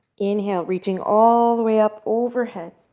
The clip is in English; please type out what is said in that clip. inhale, reaching all the way up overhead.